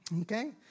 okay